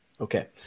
Okay